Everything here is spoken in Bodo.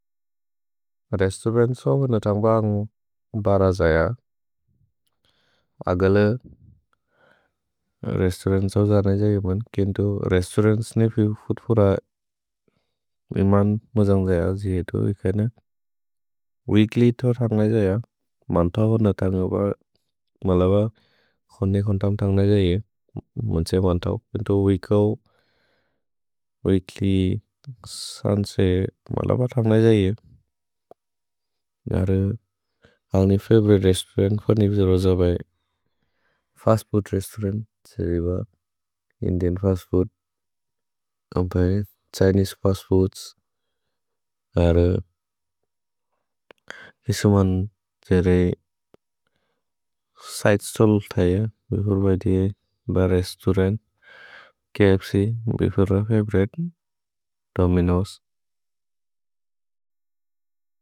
रेस्तुरन्त्सो मेन तन्ग्ब अन्ग् बर जय। अगल रेस्तुरन्त्सो जन जै मेन्। केन्तो रेस्तुरन्त्स्ने फिउ फुत्फुर इमन् मजन्ग् जय जिहेतु इकने। वीक्ल्य् तो तन्ग जै य। मन्तओ मेन तन्ग ब। मलब क्सोने क्सोन्तम् तन्ग जै य। मोन्से मन्तओ। केन्तो वीक्ल्य् क्सन्त्से मलब तन्ग जै य। गर अल्नि फवोउरिते रेस्तौरन्त् फनि बिज रोज बै फस्त् फूद् रेस्तौरन्त् त्से rib. Indian fast food. Chinese fast food, सिदे stall जय। Bar restaurant. KFC, Domino's.